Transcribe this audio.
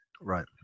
Right